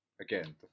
Again